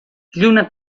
lluna